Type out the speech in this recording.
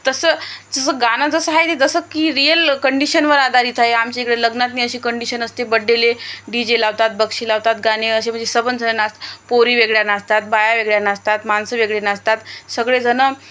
तसं जसं गाणं जसं आहे ते जसं की रियल कंडिशनवर आधारित आहे आमच्या इकडे लग्नातून अशी कंडिशन असते बड्डेला डी जे लावतात बक्षी लावतात गाणे असे म्हणजे सबंजणं नाच पोरी वेगळ्या नाचतात बाया वेगळ्या नाचतात माणसं वेगळी नाचतात सगळेजणं